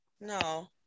No